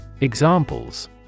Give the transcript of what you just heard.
Examples